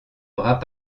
bras